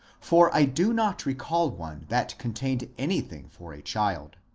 for i do not recall one that contained anything for a child.